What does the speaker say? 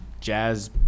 jazz